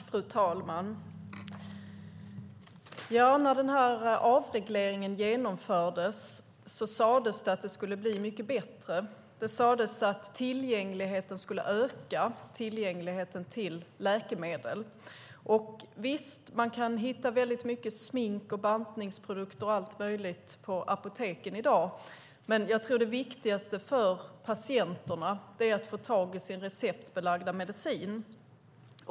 Fru talman! När avregleringen genomfördes sades att det skulle bli mycket bättre. Det sades att tillgängligheten till läkemedel skulle öka. Visst kan man hitta väldigt mycket smink och bantningsprodukter och allt möjligt på apoteken i dag. Men det viktigaste för patienterna är att få tag i sin receptbelagda medicin.